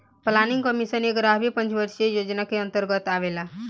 planning commission एग्यारहवी पंचवर्षीय योजना के अन्दर आवेला